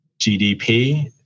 gdp